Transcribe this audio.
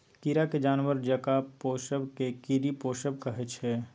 कीरा केँ जानबर जकाँ पोसब केँ कीरी पोसब कहय छै